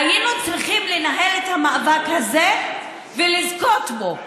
היינו צריכים לנהל את המאבק הזה ולזכות בו.